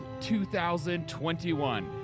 2021